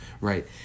right